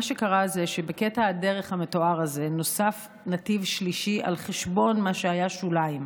מה שקרה זה שבקטע הדרך המתואר נוסף נתיב שלישי על חשבון מה שהיה שוליים,